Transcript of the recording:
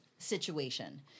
situation